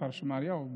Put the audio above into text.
בכפר שמריהו,